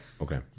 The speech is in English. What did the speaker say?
Okay